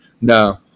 no